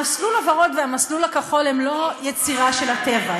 המסלול הוורוד והמסלול הכחול הם לא יצירה של הטבע,